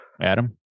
Adam